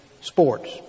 sports